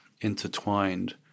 intertwined